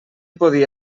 podia